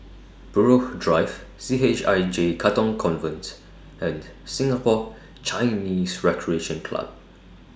Buroh Drive C H I J Katong Convent and Singapore Chinese Recreation Club